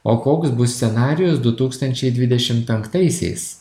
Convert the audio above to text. o koks bus scenarijus du tūkstančiai dvidešim penktaisiais